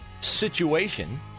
situation